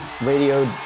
radio